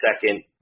second